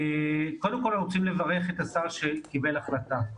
קודם כל אנחנו רוצים לברך את השר שקיבל החלטה.